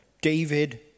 David